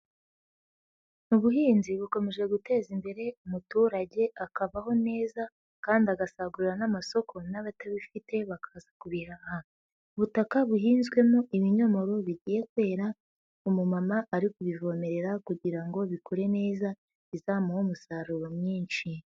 Ubuhinzi bukomeje guteza imbere umuturage akabaho neza kandi agasagurira n'amasoko n'abatabifite bakaza kubiraha. Ubutaka buhinzwemo ibinyomoro bigiye kwera, umumama ariko kubivomerera kugira ngo bikure neza bizamuhe umusaruro mwinshi.